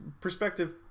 perspective